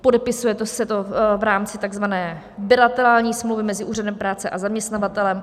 Podepisuje se to v rámci takzvané bilaterální smlouvy mezi úřadem práce a zaměstnavatelem.